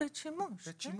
בית שימוש.